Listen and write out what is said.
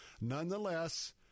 nonetheless